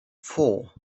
four